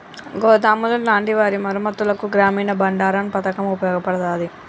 గోదాములు లాంటి వాటి మరమ్మత్తులకు గ్రామీన బండారన్ పతకం ఉపయోగపడతాది